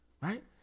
right